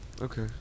Okay